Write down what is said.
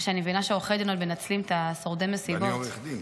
ואני מבינה שעורכי הדין מנצלים את שורדי המסיבות --- אני עורך דין,